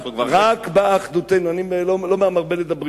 אני לא מהמרבה בדברים,